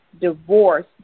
divorce